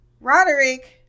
Roderick